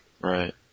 Right